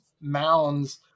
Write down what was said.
mounds